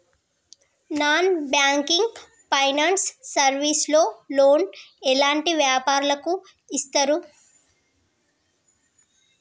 Non banking finance service లో loan ఎలాంటి వ్యాపారులకు ఇస్తరు?